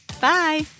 Bye